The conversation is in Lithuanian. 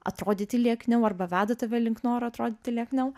atrodyti liekniau arba veda tave link noro atrodyti liekniau